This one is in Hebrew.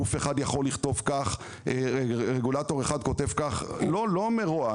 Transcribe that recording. רגולטור אחד יכול לכתוב כך, והשני אחרת; לא מרוע.